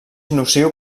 nociu